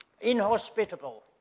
Inhospitable